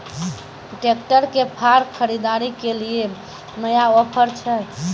Tractor के फार खरीदारी के लिए नया ऑफर छ?